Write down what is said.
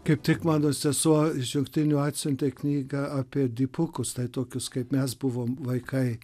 kaip tik mano sesuo iš jungtinių atsiuntė knygą apie dipukus tai tokius kaip mes buvom vaikai